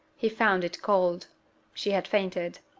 he found it cold she had fainted.